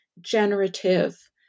generative